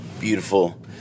beautiful